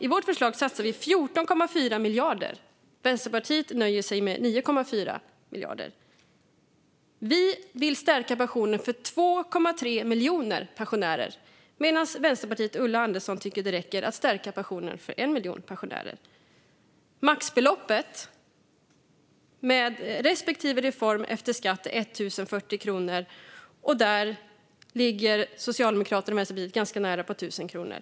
I vårt förslag satsar vi 14,4 miljarder. Vänsterpartiet nöjer sig med 9,4 miljarder. Vi vill stärka pensionen för 2,3 miljoner pensionärer, medan Vänsterparpartiet och Ulla Andersson tycker att det räcker att stärka pensionen för 1 miljon pensionärer. Maxbeloppet, med respektive reform, efter skatt är 1 040 kronor. Där ligger Socialdemokraterna och Vänsterpartiet ganska nära, på 1 000 kronor.